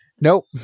Nope